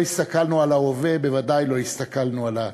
לא הסתכלנו על ההווה, בוודאי לא הסתכלנו על העתיד.